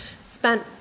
spent